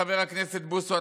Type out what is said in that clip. חבר הכנסת בוסו,